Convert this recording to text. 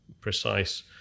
precise